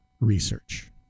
research